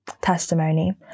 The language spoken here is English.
testimony